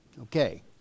Okay